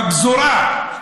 בפזורה.